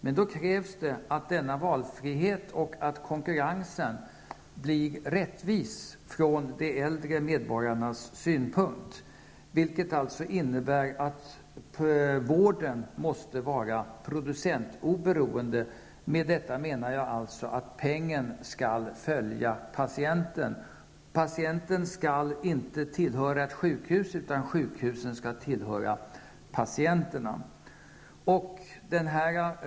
Men då krävs det att valfriheten och konkurrensen blir rättvis ur de äldre medborgarnas synpunkt, vilket alltså innebär att vården måste vara producentoberoende. Med detta menar jag att pengen skall följa patienten. Patienterna skall inte tillhöra sjukhusen, utan sjukhusen skall tillhöra patienterna.